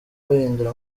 bahindura